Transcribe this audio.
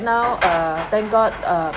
now uh thank god err